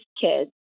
kids